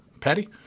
Patty